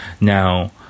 Now